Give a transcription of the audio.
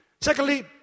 Secondly